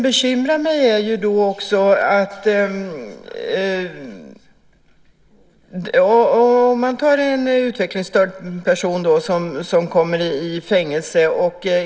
En utvecklingsstörd person sätts i fängelse.